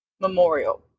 Memorial